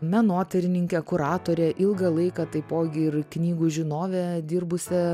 menotyrininkė kuratorė ilgą laiką taipogi ir knygų žinove dirbusią